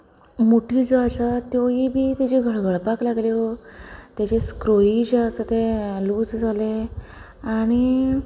मुठयो ज्यो आसात त्यो बी ताच्यो घळघळपाक लागल्यो तेचे स्क्रूय जे आसा तें लूज जाले आनी